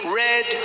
red